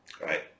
right